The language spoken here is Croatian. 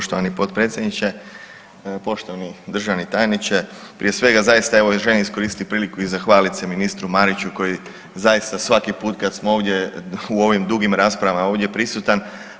Poštovani potpredsjedniče, poštovani državni tajniče prije svega zaista evo želim iskoristiti priliku i zahvalit se ministru Mariću koji zaista svaki put kada smo ovdje u ovim dugim raspravama je ovdje prisutan.